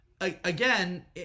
Again